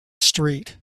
street